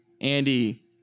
andy